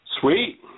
Sweet